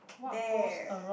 bear